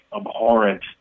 abhorrent